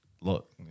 look